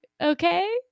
okay